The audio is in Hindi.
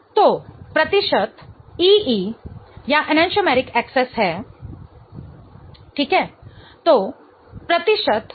तो प्रतिशत ईई या एनान्टोमेरिक एक्सेस है ee major component minor component ee प्रमुख घटक मामूली घटक ee 20 ठीक है